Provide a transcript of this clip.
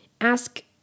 ask